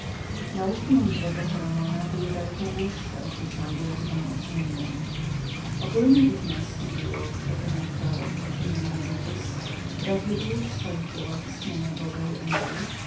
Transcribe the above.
nauki mądrego cheremona były daleko dłuższemi od wyciągu jaki wam uczyniłem ogólnym ich wypadkiem było że pewien prorok nazwiskiem bytys dowiódł w swoich dziełach istnienia boga i aniołów